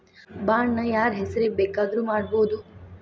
Bond ನ ಯಾರ್ಹೆಸ್ರಿಗ್ ಬೆಕಾದ್ರುಮಾಡ್ಬೊದು?